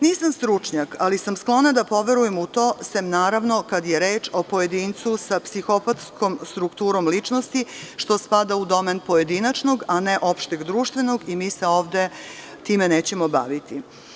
Nisam stručnjak ali sam sklona da poverujem u to, sem naravno kad je reč o pojedincu sa psihopatskom strukturom ličnosti, što spada u domen pojedinačnog, a ne opšte-društvenog i mi se ovde nećemo baviti.